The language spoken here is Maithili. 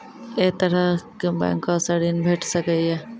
ऐ तरहक बैंकोसऽ ॠण भेट सकै ये?